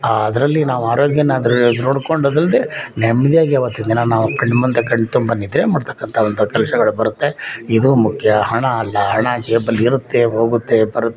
ಆ ಅದರಲ್ಲಿ ನಾವು ಆರೋಗ್ಯನ ಅದ್ರಲ್ಲಿ ನೋಡ್ಕೊಂಡದ್ದಲ್ಲದೇ ನೆಮ್ಮದಿಯಾಗಿ ಆವತ್ತಿನ ದಿನ ನಾವು ಕಣ್ಣ ಮುಂದೆ ಕಣ್ಣ ತುಂಬ ನಿದ್ರೆ ಮಾಡ್ತಕ್ಕಂಥ ಒಂದು ಕೆಲ್ಸಗಳು ಬರುತ್ತೆ ಇದು ಮುಖ್ಯ ಹಣ ಅಲ್ಲ ಹಣ ಜೇಬಲ್ಲಿರುತ್ತೆ ಹೋಗುತ್ತೆ ಬರುತ್ತೆ